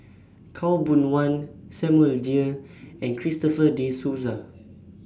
Khaw Boon Wan Samuel Dyer and Christopher De Souza